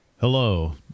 Hello